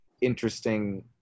interesting